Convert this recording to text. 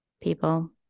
people